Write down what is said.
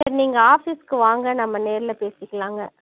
சரி நீங்கள் ஆஃபீஸ்க்கு வாங்க நம்ம நேரில் பேசிக்கலாங்க